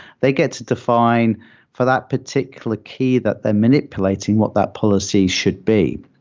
they get to define for that particular key that they're manipulating what that policy should be.